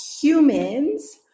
humans